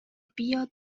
بیا